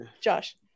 josh